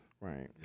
Right